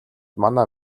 манай